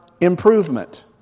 improvement